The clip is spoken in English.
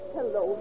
Hello